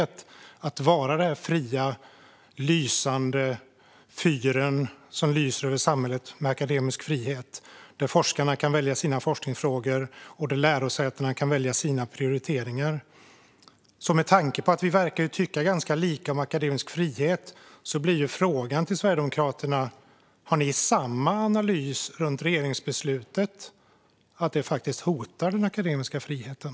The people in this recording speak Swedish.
Det handlar om att vara den fria lysande fyren som lyser över samhället med akademisk frihet. Där kan forskarna välja sina forskningsfrågor och lärosätena kan välja sina prioriteringar. Med tanke på att vi verkar tycka ganska lika om akademisk frihet blir frågan till Sverigedemokraterna: Har ni samma analys om regeringsbeslutet att det hotar den akademiska friheten?